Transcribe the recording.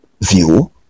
view